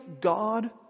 God